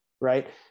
right